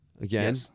Again